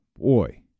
boy